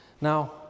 Now